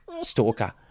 stalker